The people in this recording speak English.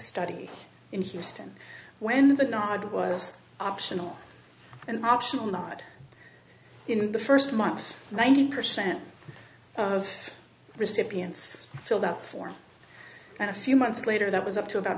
study in houston when the nod was optional and optional not in the first month ninety percent of recipients filled out forms and a few months later that was up to about